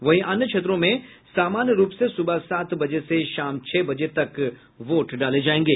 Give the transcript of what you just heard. वहीं अन्य क्षेत्रों में सामान्य रूप से सुबह सात बजे से शाम छह बजे तक वोट डाले जायेंगे